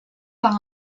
par